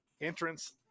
entrance